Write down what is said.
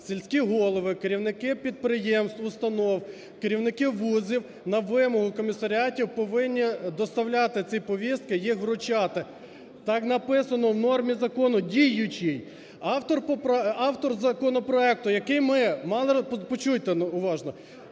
сільські голови, керівники підприємств, установ, керівники ВУЗів на вимогу комісаріатів повинні доставляти ці повістки, їх вручати. Так написано в нормі закону діючій. Автор поправки… автор законопроекту, який ми мали… Почуйте